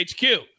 HQ